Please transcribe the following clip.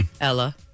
Ella